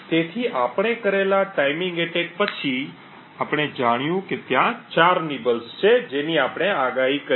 તેથી આપણે કરેલા ટાઈમિંગ એટેક પછી આપણે જાણ્યું કે ત્યાં 4 નિબલ્સ છે જેની આપણે આગાહી કરી છે